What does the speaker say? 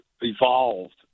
evolved